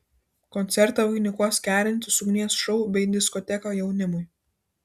koncertą vainikuos kerintis ugnies šou bei diskoteka jaunimui